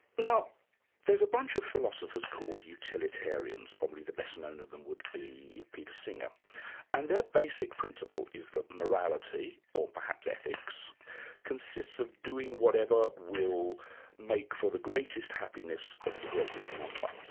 now there's a bunch of philosophers called utilitarians, probably the best known of them would be peter singer and their basic principle is that morality or perhaps ethics consists of doing whatever will make for the greatest happiness of the greatest number.